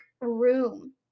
room